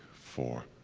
four,